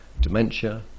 dementia